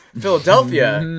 Philadelphia